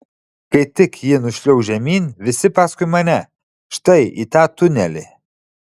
kai tik ji nušliauš žemyn visi paskui mane štai į tą tunelį